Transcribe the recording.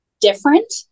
different